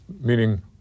meaning